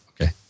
Okay